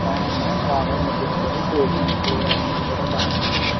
అవునమ్మా బాగా నేర్పిస్తారు ప్లేస్మెంట్లు అన్నీ కూడా బాగానే ఉంటాయి